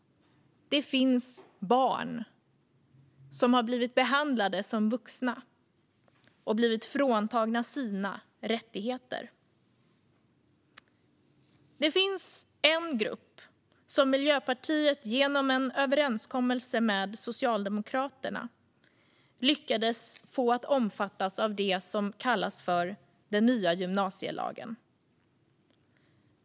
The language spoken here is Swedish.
Det finns barn som har blivit behandlade som vuxna och blivit fråntagna sina rättigheter. Det finns en grupp som Miljöpartiet genom en överenskommelse med Socialdemokraterna lyckades få att omfattas av det som kallas nya gymnasielagen.